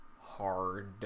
hard